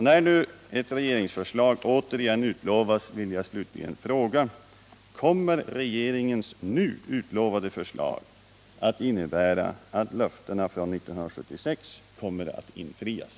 När nu ett regeringsförslag återigen utlovas vill jag slutligen fråga: Kommer regeringens nu utlovade förslag att innebära att löftena från 1976 kommer att infrias?